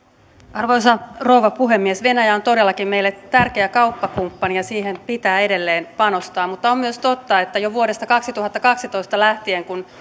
arvoisa rouva puhemies venäjä on todellakin meille tärkeä kauppakumppani ja siihen pitää edelleen panostaa mutta on myös totta että jo vuodesta kaksituhattakaksitoista lähtien kun